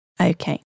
Okay